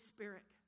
Spirit